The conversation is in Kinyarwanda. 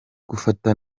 gufata